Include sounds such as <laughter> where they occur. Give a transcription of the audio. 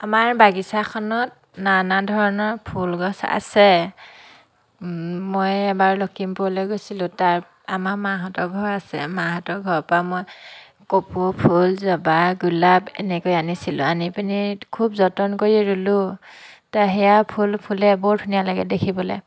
আমাৰ বাগিছাখনত নানা ধৰণৰ ফুল গছ আছে মই এবাৰ লক্ষীমপুৰলৈ গৈছিলোঁ তাত আমাৰ মাহঁতৰ ঘৰ আছে মাহঁতৰ ঘৰৰ পৰা মই কপৌফুল জবা গোলাপ এনেকৈ আনিছিলোঁ আনি পিনি খুব যতন কৰি ৰুলোঁ <unintelligible> সেয়া ফুল ফুলে বৰ ধুনীয়া লাগে দেখিবলৈ